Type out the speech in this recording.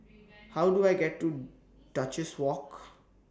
How Do I get to Duchess Walk